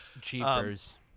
Cheapers